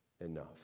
enough